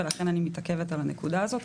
ולכן אני מתעכבת על הנקודה הזאת,